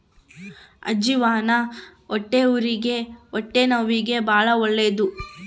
ಅಜ್ಜಿವಾನ ಹೊಟ್ಟೆನವ್ವಿಗೆ ಹೊಟ್ಟೆಹುರಿಗೆ ಬಾಳ ಒಳ್ಳೆದು